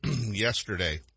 yesterday